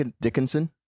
Dickinson